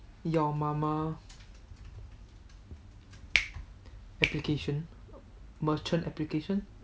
your mama application merchant application